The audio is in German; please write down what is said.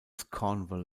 cornwall